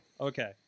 Okay